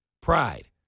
pride